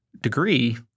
degree